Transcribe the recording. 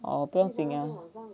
哦不要紧啊